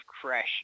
crash